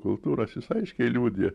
kultūros jis aiškiai liudija